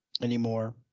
anymore